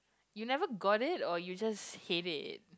you never got it or you just hate it